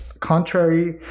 contrary